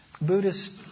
Buddhist